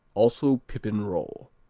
also pippen roll